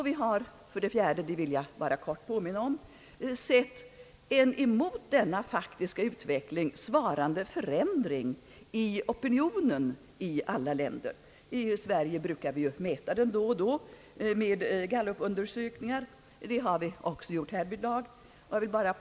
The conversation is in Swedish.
Vi har för det fjärde — det vill jag bara kort påminna om — sett en mot denna faktiska utveckling svarande förändring i opinionen i alla länder. I Sverige brukar vi mäta opinionen då och då med Gallupundersökningar. Det har vi också gjort härvidlag.